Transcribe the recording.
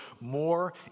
more